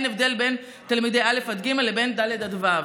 אין הבדל בין תלמידי א' ג' לבין תלמידי ד' ו'.